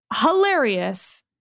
hilarious